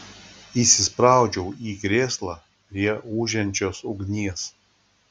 įsispraudžiau į krėslą prie ūžiančios ugnies